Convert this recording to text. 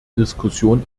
diskussion